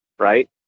right